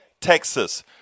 Texas